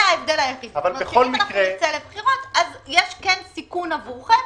אם נצא לבחירות, יש סיכון עבורכם